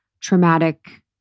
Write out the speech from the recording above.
traumatic